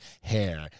hair